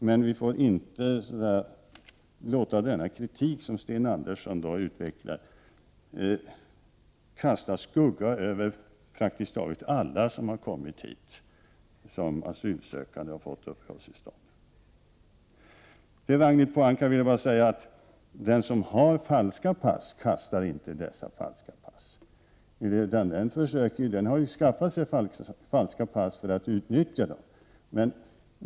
Men vi får inte låta denna kritik, som Sten Andersson utvecklar här, kasta en skugga över praktiskt taget alla som har kommit hit som asylsökande och fått uppehållstillstånd. Till Ragnhild Pohanka vill jag säga att de som har falska pass kastar inte dessa falska pass — de har ju skaffat dem för att utnyttja dem.